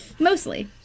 Mostly